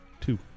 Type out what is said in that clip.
Two